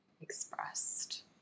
expressed